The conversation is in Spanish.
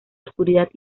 oscuridad